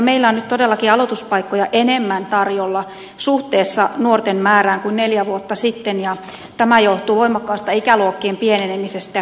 meillä on nyt todellakin aloi tuspaikkoja enemmän tarjolla suhteessa nuorten määrään kuin neljä vuotta sitten ja tämä joh tuu voimakkaasta ikäluokkien pienenemisestä